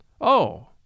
Oh